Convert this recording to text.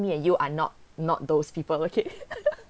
me and you are not not those people okay